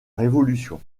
révolution